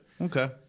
Okay